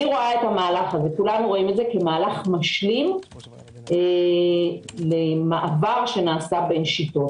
כולנו רואים את המהלך כמהלך משלים למעבר שנעשה בין שיטות.